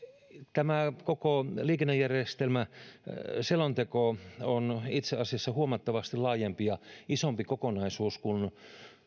tämä koko liikennejärjestelmäselonteko on itse asiassa huomattavasti laajempi ja isompi kokonaisuus kuin